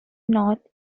north